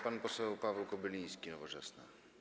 Pan poseł Paweł Kobyliński, Nowoczesna.